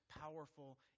powerful